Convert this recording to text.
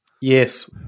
Yes